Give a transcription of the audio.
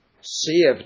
saved